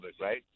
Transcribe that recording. right